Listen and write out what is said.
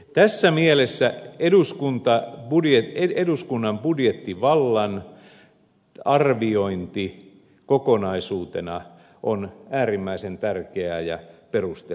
tässä mielessä eduskunnan budjettivallan arviointi kokonaisuutena on äärimmäisen tärkeää ja perusteltua